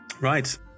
Right